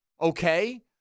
Okay